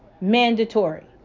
Mandatory